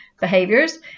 behaviors